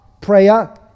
prayer